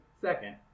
second